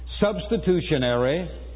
substitutionary